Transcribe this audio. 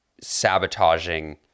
sabotaging